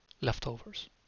Leftovers